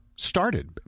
Started